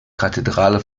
kathedrale